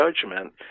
judgment